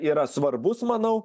yra svarbus manau